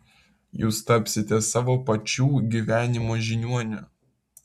jūs tapsite savo pačių gyvenimo žiniuoniu